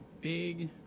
big